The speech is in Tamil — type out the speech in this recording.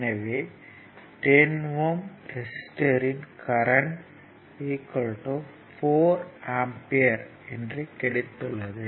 எனவே 10 ஓம் ரெசிஸ்டர்யின் கரண்ட் 4 ஆம்பியர் என்று கிடைத்துள்ளது